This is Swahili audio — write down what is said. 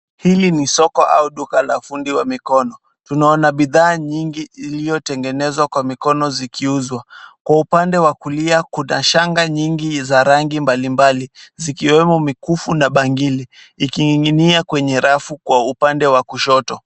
Hili ni duka au soko la fundi wa mikono. Tunaona bidhaa nyingi iliyotengenezwa kwa mikono zikiuzwa. Kwa upande wa kulia kuna shanga nyingi za rangi mbalimbali zikiwemo mikufu na bangili ikining'ingia kwenye rafu kwa upande wa kushoto.